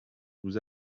nous